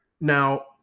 now